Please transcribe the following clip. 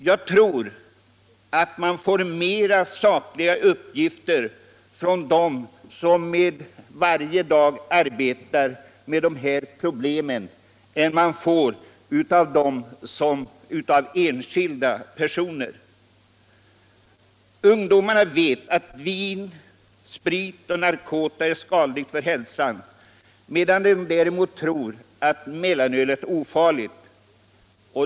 Jag tror att man får mera sakliga uppgifter från dem som varje dag arbetar med de här problemen än man får av enskilda personer. Ungdomarna vet att vin, sprit och narkotika är farliga för hälsan, medan de däremot tror att mellanöl är ofarligt.